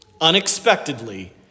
unexpectedly